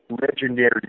legendary